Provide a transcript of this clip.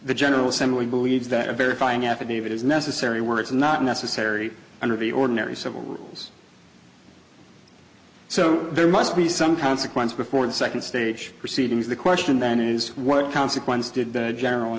the general assembly believes that a verifying affidavit is necessary where it's not necessary under the ordinary civil war so there must be some consequence before the second stage proceedings the question then is what consequence did the general